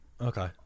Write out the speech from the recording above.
Okay